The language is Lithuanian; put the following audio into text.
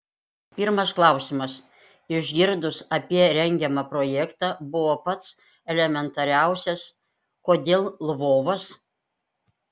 pirmas klausimas išgirdus apie rengiamą projektą buvo pats elementariausias kodėl lvovas